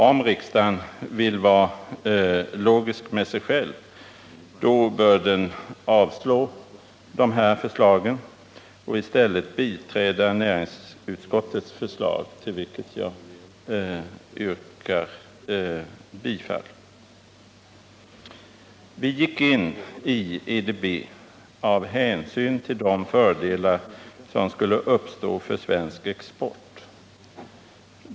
Om riksdagen vill vara logisk bör den avslå de här förslagen och i stället biträda näringsutskottets förslag, till vilket jag yrkar bifall. Vi gick in i IDB av hänsyn till de fördelar som skulle uppstå för svensk export.